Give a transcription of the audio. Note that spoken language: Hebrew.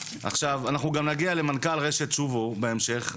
אנחנו גם נגיע למנכ"ל רשת שובו בהמשך.